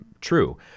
true